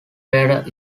were